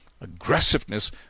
aggressiveness